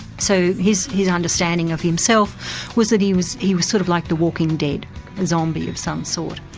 so his his understanding of himself was that he was he was sort of like the walking dead, a zombie of some sort.